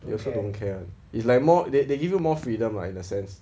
they also don't care it's like more they they give you more freedom lah in a sense